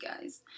guys